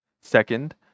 Second